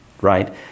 right